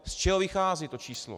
Z čeho vychází to číslo?